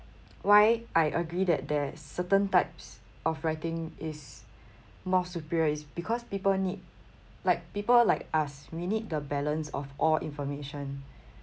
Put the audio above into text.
why I agree that there's certain types of writing is more superior is because people need like people like us we need the balance of all information